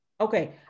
Okay